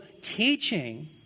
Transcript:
teaching